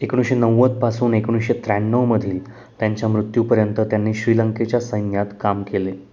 एकोणीसशे नव्वदपासून एकोणीसशे त्र्याण्णवमधील त्यांच्या मृत्यूपर्यंत त्यांनी श्रीलंकेच्या सैन्यात काम केले